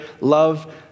love